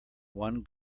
one